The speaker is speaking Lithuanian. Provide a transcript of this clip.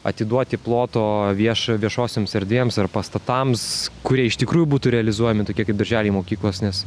atiduoti ploto viešą viešosioms erdvėms ar pastatams kurie iš tikrųjų būtų realizuojami tokie kaip darželiai mokyklos nes